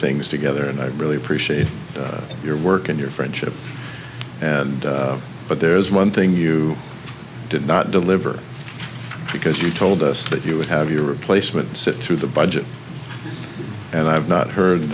things together and i really appreciate your work and your friendship but there is one thing you did not deliver because you told us that you would have your replacement sit through the budget and i have not heard